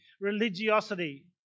religiosity